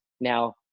Now